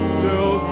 till